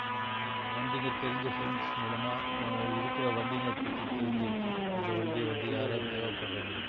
வண்டிங்க தெரிஞ்ச ஃப்ரெண்ட்ஸ் மூலமாக இருக்கிற வண்டிங்களை பற்றி தெரிஞ்சுக்கிட்டு அந்த வண்டி வந்து யாராவது தேவைப்பட்றவங்களுக்கு